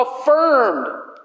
affirmed